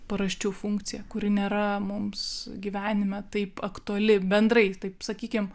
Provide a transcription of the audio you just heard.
paraščių funkcija kuri nėra mums gyvenime taip aktuali bendrai taip sakykim